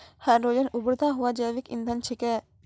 hydrogen उभरता हुआ जैविक इंधन छिकै